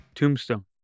Tombstone